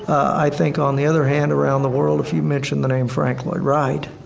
i think on the other hand around the world if you mentioned the name frank lloyd wright,